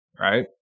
Right